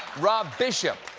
rob bishop.